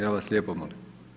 Ja vas lijepo molim.